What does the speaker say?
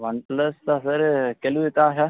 OnePlus दा sir कैह्लूं दित्ता हा सर